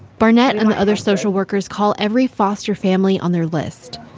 barnett and the other social workers called every foster family on their list.